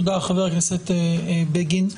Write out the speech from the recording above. תודה, חבר הכנסת בגין.